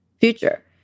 future